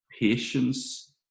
patience